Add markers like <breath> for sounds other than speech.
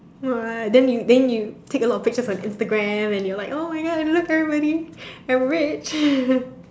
what then you then you take a lot of pictures for Instagram and you're like !oh-my-God! look everybody <breath> I'm rich <laughs>